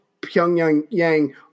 Pyongyang